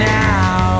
now